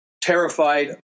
terrified